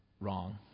Wrong